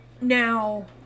Now